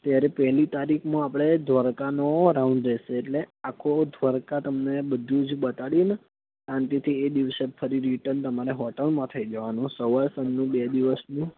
ત્યારે પહેલી તારીખમાં આપણે દ્વારકાનો રાઉન્ડ રહેશે એટલે આખો દ્વારકા તમને બધું જ બતાડીને શાંતિથી એ દિવસે ફરી રિટર્ન તમારે હોટેલમાં થઈ જવાનું સવાર સાંજનું બે દિવસનું